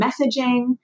messaging